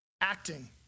Acting